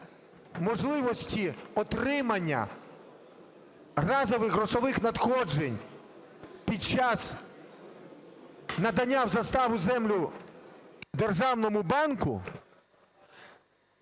можливості отримання разових грошових надходжень під час надання в заставу землю державному банку,